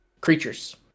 creatures